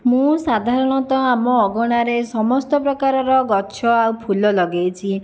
ମୁଁ ସାଧାରଣତଃ ଆମ ଅଗଣାରେ ସମସ୍ତ ପ୍ରକାରର ଗଛ ଆଉ ଫୁଲ ଲଗାଇଛି